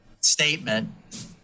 statement